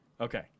Okay